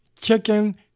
chicken